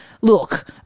Look